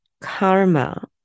karma